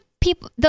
people